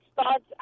starts